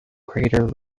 crater